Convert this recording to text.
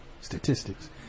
statistics